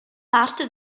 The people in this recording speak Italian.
parte